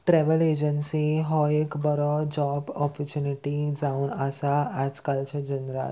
travel agency हो एक बरो जॉब ऑपोर्चुनिटी जावन आसा आज कालच्या जनात